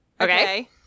Okay